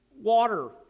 Water